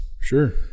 Sure